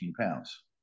pounds